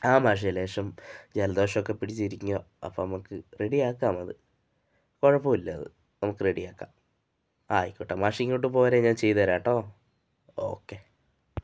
ആ മാഷെ ലേശം ജലദോഷമൊക്കെ പിടിച്ചിരിക്കുകയാണ് അപ്പോള് നമുക്ക് റെഡിയാക്കാമത് കുഴപ്പമില്ല അതു നമുക്ക് റെഡിയാക്കാം ആയിക്കോട്ടെ മാഷിങ്ങോട്ട് പോര് ഞാൻ ചെയ്തുതരാം കെട്ടോ ഓക്കെ